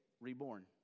reborn